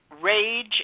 rage